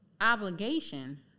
obligation